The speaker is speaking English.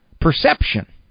perception